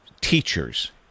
teachers